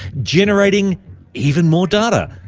generating even more data.